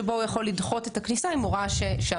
שבו הוא יכול לדחות את הכניסה אם הוא ראה שהמדינה